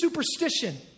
superstition